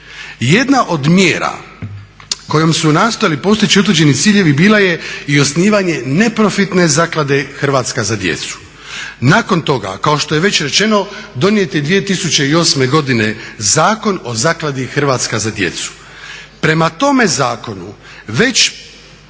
Jedna od mjera kojom su se nastojali postići utvrđeni ciljevi bila je i osnivanje neprofitne Zaklade "Hrvatska za djecu". Nakon toga, kao što je već rečeno donijet je 2008. godine Zakon o Zakladi "Hrvatska za djecu". Prema tome zakonu, već